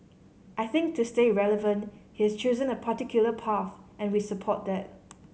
I think to stay relevant he's chosen a particular path and we support that